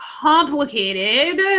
complicated